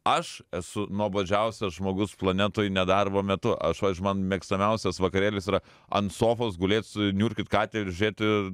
aš esu nuobodžiausias žmogus planetoj nedarbo metu aš pavyzdžiui mano mėgstamiausias vakarėlis yra an sofos gulėt su niurkyt katę ir žiūrėti